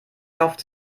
erhofft